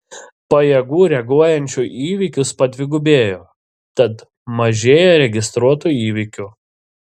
pajėgų reaguojančių į įvykius padvigubėjo tad mažėja registruotų įvykių